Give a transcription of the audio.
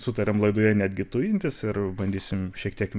sutariam laidoje netgi tujintis ir bandysim šiek tiek